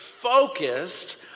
focused